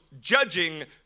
judging